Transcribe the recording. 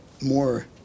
more